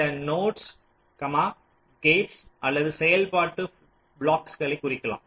இந்த nodes gates அல்லது செயல்பாட்டு பிளாக்ஸ்களை குறிக்கலாம்